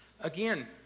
Again